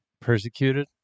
persecuted